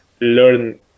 learn